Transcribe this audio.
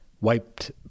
wiped